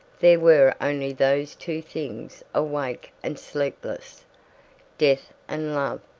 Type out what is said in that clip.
there were only those two things awake and sleepless death and love,